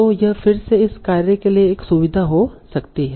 तो यह फिर से इस कार्य के लिए एक सुविधा हो सकती है